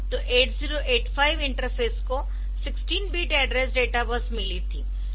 तो 8085 इंटरफ़ेस को 16 bit address data bus मिली है